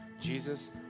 Jesus